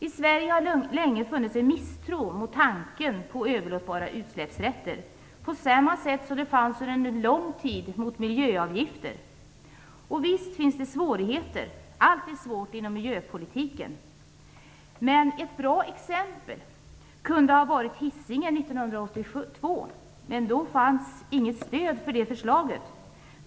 I Sverige har länge funnits en misstro mot tanken på överlåtbara utsläppsrätter på samma sätt som det under lång tid fanns mot miljöavgifter. Visst finns det svårigheter - allt är svårt inom miljöpolitiken. Men ett bra exempel kunde ha varit Hisingen 1982, men då fanns inget stöd för det förslaget.